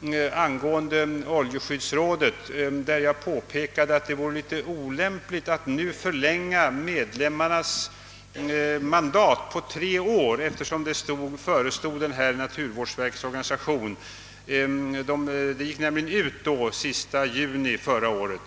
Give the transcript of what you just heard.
en enkel fråga angående oljeskyddsrådet. Jag påpekade att det var olämpligt att nu förlänga medlemmarnas mandat på tre år, eftersom det förestod en ny organisation, naturvårdsverket. Mandattiden utgick sista juni förra året.